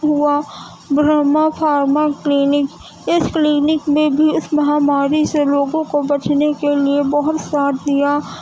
ہوا Brahma pharma clinic اس clinic میں بھی اس مہاماری سے لوگوں کو بچنے کے لیے بہت ساتھ دیا